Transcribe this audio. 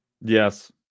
Yes